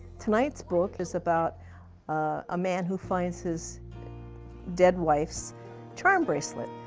tonight's book is about a man who finds his dead wife's charm bracelet,